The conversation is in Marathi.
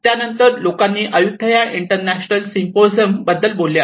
त्यानंतर लोकांनी अय्युथय़ा इंटरनॅशनल सिम्पोसिम बद्दल बोलले आहे